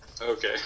Okay